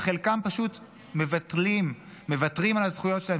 וחלקם פשוט מוותרים על הזכויות שלהם,